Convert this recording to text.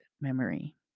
memory